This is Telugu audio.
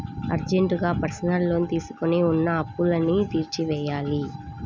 అర్జెంటుగా పర్సనల్ లోన్ తీసుకొని ఉన్న అప్పులన్నీ తీర్చేయ్యాలి